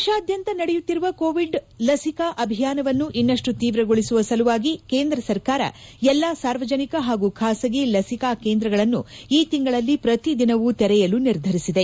ದೇಶಾದ್ಯಂತ ನಡೆಯುತ್ತಿರುವ ಕೋವಿಡ್ ಲಸಿಕಾ ಅಭಿಯಾನವನ್ನು ಇನ್ನಷ್ನು ತೀವ್ರಗೊಳಿಸುವ ಸಲುವಾಗಿ ಕೇಂದ್ರ ಸರ್ಕಾರ ಎಲ್ಲಾ ಸಾರ್ವಜನಿಕ ಹಾಗೂ ಖಾಸಗಿ ಲಸಿಕಾ ಕೇಂದ್ರಗಳನ್ನು ಈ ತಿಂಗಳಲ್ಲಿ ಪ್ರತಿ ದಿನವೂ ತೆರೆಯಲು ನಿರ್ಧರಿಸಿದೆ